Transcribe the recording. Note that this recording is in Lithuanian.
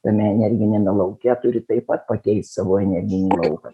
tame energiniame lauke turi taip pat pakeist savo energijų lauką